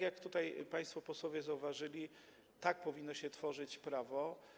Jak państwo posłowie zauważyli, tak powinno się tworzyć prawo.